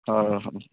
ହଉ ହଉ